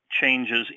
Changes